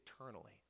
eternally